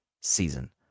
season